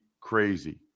crazy